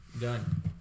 Done